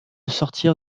sortir